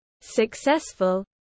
successful